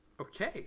Okay